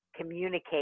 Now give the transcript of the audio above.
communicate